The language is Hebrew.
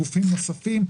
וגופים נוספים,